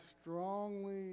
strongly